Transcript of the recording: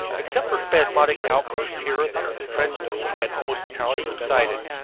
except for spasmodic outbursts here and there, the trench duel had almost entirely subsided,